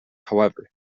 however